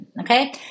okay